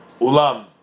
ulam